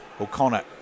O'Connor